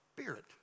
Spirit